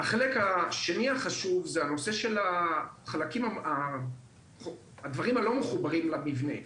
החלק השני החשוב זה נושא הדברים שאינם מחוברים למבנה,